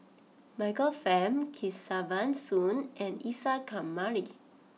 Michael Fam Kesavan Soon and Isa Kamari